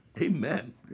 Amen